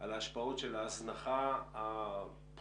על ההשפעות של ההזנחה הפושעת,